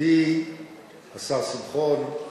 ידידי השר שמחון,